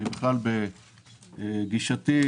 על פי הגישה שלי,